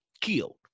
killed